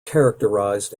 characterized